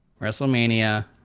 wrestlemania